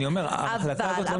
אבל אני אומר, ההחלטה הזאת לא נפגעה.